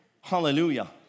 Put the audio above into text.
Hallelujah